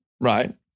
right